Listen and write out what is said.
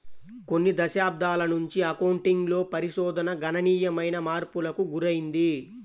కొన్ని దశాబ్దాల నుంచి అకౌంటింగ్ లో పరిశోధన గణనీయమైన మార్పులకు గురైంది